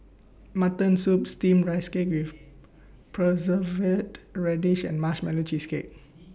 Mutton Soup Steamed Rice Cake with Preserved Radish and Marshmallow Cheesecake